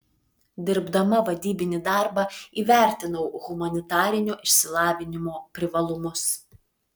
dirbdama vadybinį darbą įvertinau humanitarinio išsilavinimo privalumus